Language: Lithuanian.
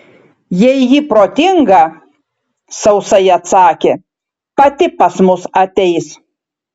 jei ji protinga sausai atsakė pati pas mus ateis